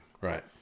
Right